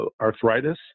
arthritis